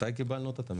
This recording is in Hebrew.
מתי קיבלנו אותה?